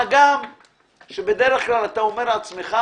מה גם שבדרך כלל אתה אומר לעצמך: